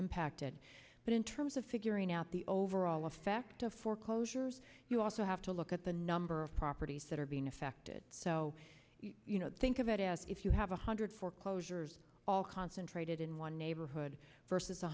impacted but in terms of figuring out the overall effect of foreclosures you also have to look at the number of properties that are being affected so think of it as if you have one hundred foreclosures all concentrated in one neighborhood versus